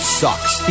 sucks